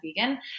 vegan